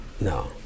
No